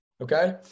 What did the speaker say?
Okay